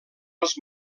els